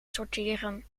sorteren